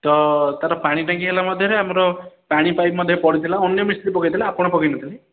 ତ ତା'ର ପାଣି ଟାଙ୍କି ହେଲା ମଧ୍ୟରେ ଆମର ପାଣି ପାଇପ୍ ମଧ୍ୟ ପଡ଼ିଥିଲା ଅନ୍ୟ ମିସ୍ତ୍ରୀ ପକାଇ ଥିଲେ ଆପଣ ପକାଇ ନ ଥିଲେ